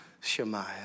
Shemaiah